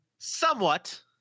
Somewhat